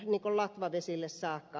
altaan latvavesille saakka